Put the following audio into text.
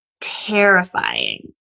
terrifying